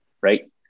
Right